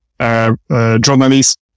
journalists